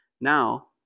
Now